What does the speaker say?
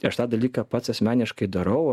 aš tą dalyką pats asmeniškai darau